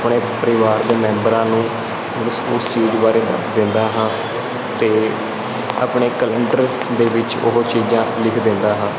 ਆਪਣੇ ਪਰਿਵਾਰ ਦੇ ਮੈਂਬਰਾਂ ਨੂੰ ਉਸ ਚੀਜ਼ ਬਾਰੇ ਦੱਸ ਦਿੰਦਾ ਹਾਂ ਅਤੇ ਆਪਣੇ ਕਲੰਡਰ ਦੇ ਵਿੱਚ ਉਹ ਚੀਜ਼ਾਂ ਲਿਖ ਦਿੰਦਾ ਹਾਂ